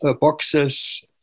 boxes